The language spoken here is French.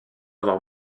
avoir